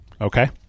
Okay